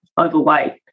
overweight